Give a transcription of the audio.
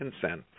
consent